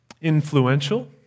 influential